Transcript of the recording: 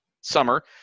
summer